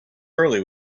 early